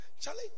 Charlie